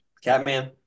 Catman